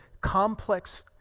complex